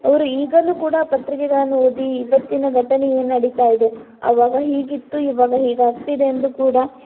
ಅವರು ಈಗಲೂ ಕೂಡ ಪತ್ರಿಕೆಗಳನ್ನು ಓದಿ ಇವತ್ತಿನ ಘಟನೆ ಏನು ನಡೀತಾ ಇದೆ ಅವಾಗ ಹೀಗಿತ್ತು ಇವಾಗ ಹೀಗಾಗ್ತಿದೆ ಎಂದು ಕೂಡ